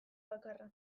bakarra